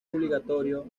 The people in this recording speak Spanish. obligatorio